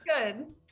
Good